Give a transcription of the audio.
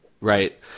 Right